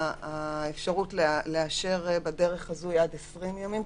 האפשרות לאשר בדרך הזו היא עד 20 ימים,